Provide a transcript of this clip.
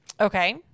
Okay